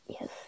Yes